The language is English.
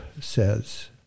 says